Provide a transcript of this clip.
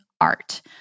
art